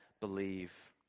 believe